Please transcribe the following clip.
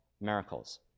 miracles